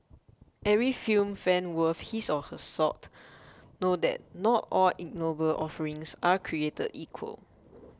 every film fan worth his or her salt know that not all ignoble offerings are created equal